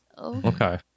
Okay